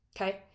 Okay